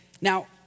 Now